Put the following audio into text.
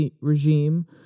regime